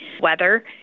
weather